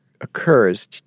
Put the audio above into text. occurs